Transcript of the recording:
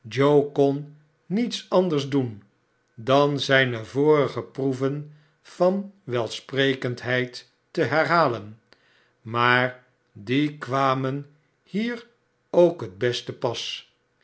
joe kon niets anders doen dan zijne vorige proeven van wet sprekendheid herhalen maar die kwamen hier k het best tepas